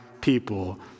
people